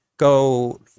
go